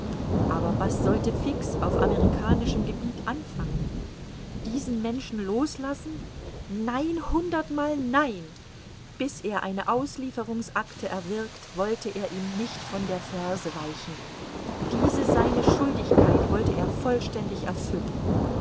aber was sollte fix auf amerikanischem gebiet anfangen diesen menschen loslassen nein hundertmal nein bis er eine auslieferungsacte erwirkt wollte er ihm nicht von der ferse weichen diese seine schuldigkeit wollte er vollständig erfüllen